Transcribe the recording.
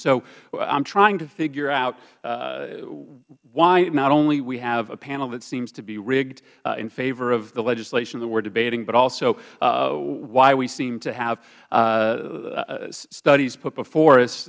so i'm trying to figure out why not only we have a panel that seems to be rigged in favor of the legislation that we're debating but also why we seem to have studies put before us